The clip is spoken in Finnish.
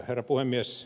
herra puhemies